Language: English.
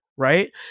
Right